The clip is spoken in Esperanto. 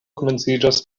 komenciĝas